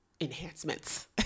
enhancements